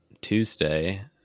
tuesday